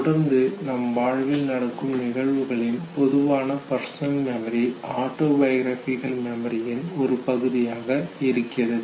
தொடர்ந்து நம் வாழ்வில் நடக்கும் நிகழ்வுகளின் பொதுவான பர்சனல் மெமரி ஆட்டோபயோகிராபிகல் மெமரியின் ஒரு பகுதியாக இருக்கிறது